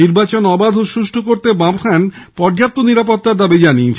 নির্বাচন অবাধ ও সৃষ্ঠ করতে বামফ্রন্ট পর্যাপ্ত নিরাপত্তার দাবি জানিয়েছে